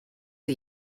for